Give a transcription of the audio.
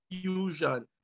fusion